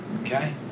Okay